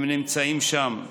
הם נמצאים שם.